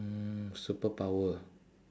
mm superpower